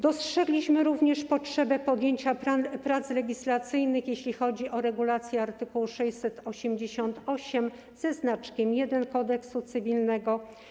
Dostrzegliśmy również potrzebę podjęcia prac legislacyjnych, jeśli chodzi o regulację art. 688 ze znaczkiem 1 Kodeksu cywilnego.